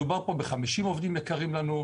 מדובר פה בחמישים עובדים יקרים לנו,